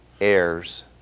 heirs